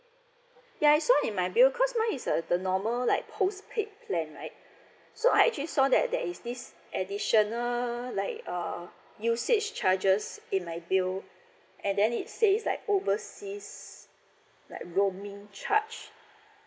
ya I saw it in my bill because mine is uh the normal like postpaid plan right so I actually saw that there is this additional like uh usage charges in my bill and then it says like overseas roaming charge